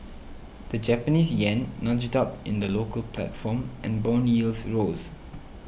the Japanese yen nudged up in the local platform and bond yields rose